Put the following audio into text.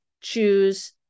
choose